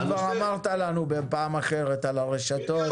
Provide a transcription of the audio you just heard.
את זה כבר אמרת לנו בפעם האחרת על הרשתות.